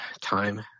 time